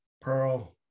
Pearl